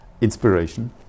inspiration